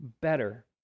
better